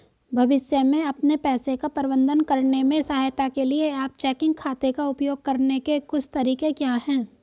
भविष्य में अपने पैसे का प्रबंधन करने में सहायता के लिए आप चेकिंग खाते का उपयोग करने के कुछ तरीके क्या हैं?